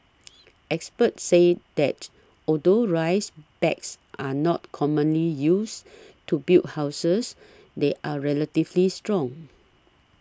experts say that although rice bags are not commonly used to build houses they are relatively strong